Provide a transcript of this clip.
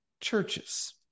churches